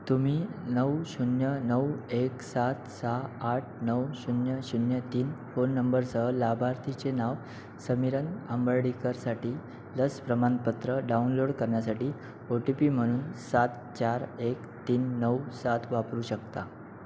तुम्ही नऊ शून्य नऊ एक सात सहा आठ नऊ शून्य शून्य तीन फोन नंबरसह लाभार्थीचे नाव समीरण हंबर्डीकरसाठी लस प्रमाणपत्र डाउनलोड करण्यासाठी ओ टी पी म्हणून सात चार एक तीन नऊ सात वापरू शकता